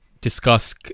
discuss